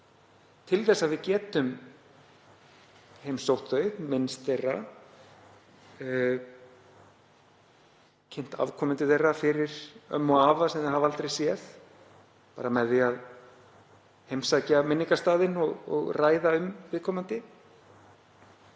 til þess að við getum heimsótt þá, minnst þeirra, kynnt afkomendur þeirra fyrir ömmu og afa sem þau hafa aldrei séð, bara með því að heimsækja minningarstaðinn og ræða um viðkomandi.